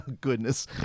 Goodness